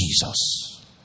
Jesus